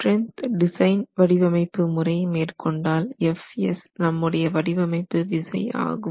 strength design வடிவமைப்பு முறை மேற் கொண்டால் Fs நம்முடைய வடிவமைப்பு விசை ஆகும்